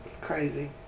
Crazy